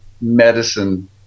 medicine